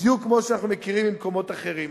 בדיוק כמו שאנחנו מכירים ממקומות אחרים.